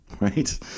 Right